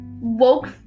woke